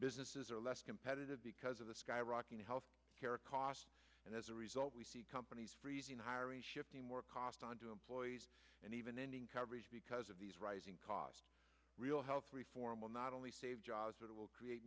businesses are less competitive because of the skyrocketing health care costs and as a result we see companies hiring shifting more cost onto employees and even ending coverage because of these rising costs real health reform will not only save jobs it will create